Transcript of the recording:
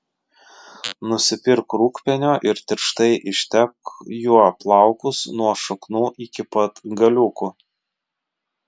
nusipirk rūgpienio ir tirštai ištepk juo plaukus nuo šaknų iki pat galiukų